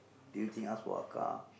do you think ask for a car